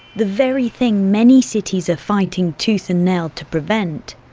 the very thing many cities are fighting tooth and nail to prevent,